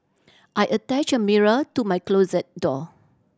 I attached a mirror to my closet door